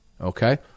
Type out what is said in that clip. okay